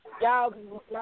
y'all